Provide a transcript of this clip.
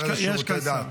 כן, השר לשירותי דת.